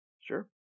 Sure